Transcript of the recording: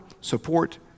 support